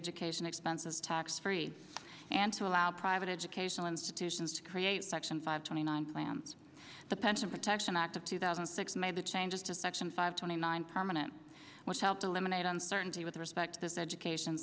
education expenses tax free and to allow private educational institutions to create section five twenty nine plans the pension protection act of two thousand and six made the changes to section five twenty nine permanent which help eliminate uncertainty with respect to this education